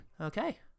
Okay